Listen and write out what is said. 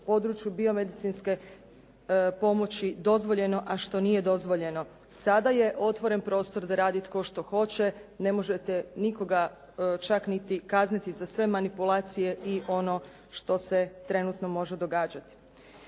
u području biomedicinske pomoći dozvoljeno, a što nije dozvoljeno. Sada je otvoren prostor da radi tko što hoće. Ne možete nikoga čak niti kazniti za sve manipulacije i ono što se trenutno može događati.